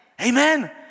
Amen